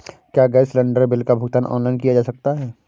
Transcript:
क्या gas cylinder bill का भुगतान ऑनलाइन किया जा सकता है?